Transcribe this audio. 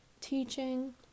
teaching